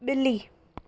ॿिली